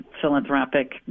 philanthropic